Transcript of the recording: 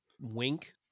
wink